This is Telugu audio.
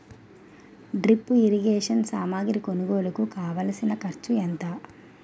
డ్రిప్ ఇరిగేషన్ సామాగ్రి కొనుగోలుకు కావాల్సిన ఖర్చు ఎంత